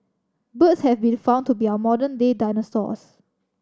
birds have been found to be our modern day dinosaurs